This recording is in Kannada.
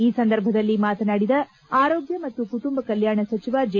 ಈ ಸಂದರ್ಭದಲ್ಲಿ ಮಾತನಾಡಿದ ಆರೋಗ್ಲ ಮತ್ತು ಕುಟುಂಬ ಕಲ್ಲಾಣ ಸಚಿವ ಜೆ